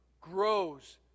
grows